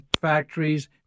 factories